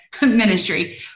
ministry